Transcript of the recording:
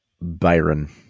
Byron